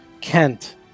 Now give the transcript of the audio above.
kent